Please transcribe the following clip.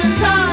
time